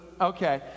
okay